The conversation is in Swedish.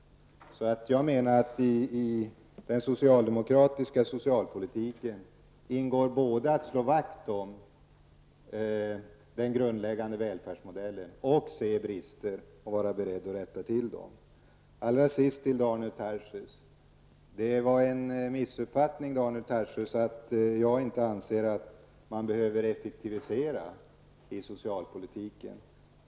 Så jag menar att i den socialdemokratiska socialpolitiken ingår både att slå vakt om den grundläggande välfärdsmodellen och att se brister och vara beredd att rätta till dem. Allra sist vill jag säga till Daniel Tarschys att det var en missuppfattning när han tror att jag inte anser att man behöver effektivisera inom socialpolitiken.